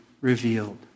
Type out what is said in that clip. revealed